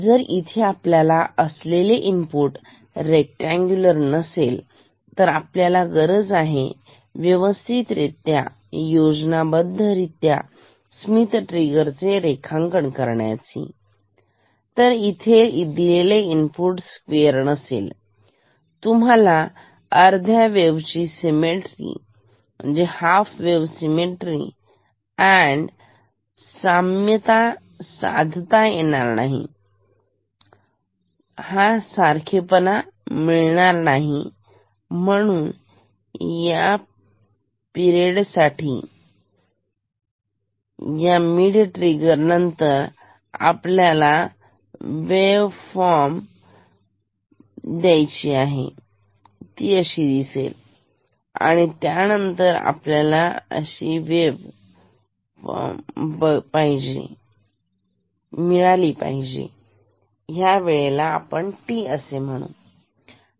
जर इथे आपल्याला असलेले इनपुट रेकटांगूलर नसेल तर आपल्याला गरज आहे व्यवस्थित रित्या योजनाबद्ध रित्या स्मिथ ट्रिगर चे रेखांकन करण्याची तर येथे दिलेले इनपुट स्क्वेअर नसेल तुम्हाला अर्ध्या वेव्ह ची सिमेट्री म्हणजे साम्यता साधता येणार नाही सारखेपणा मिळणार नाही म्हणून या मिड ट्रीगर नंतर आपल्याला वेव्ह फॉर्म देव मग घ्यायची आहे जी अशी दिसेल आणि त्यानंतर आपल्याला अशी वेव्ह फॉर्म मिळाली पाहिजे ह्या वेळेला T असे म्हणणार